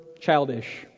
childish